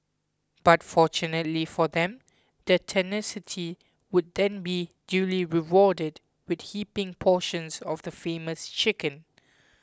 but fortunately for them their tenacity would then be duly rewarded with heaping portions of the famous chicken